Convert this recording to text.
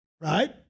right